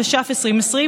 התש"ף 2020,